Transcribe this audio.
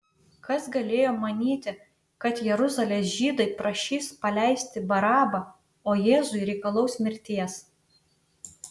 kas galėjo manyti kad jeruzalės žydai prašys paleisti barabą o jėzui reikalaus mirties